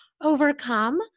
overcome